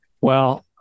Well-